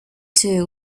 too